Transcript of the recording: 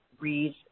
read